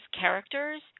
characters